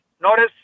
notice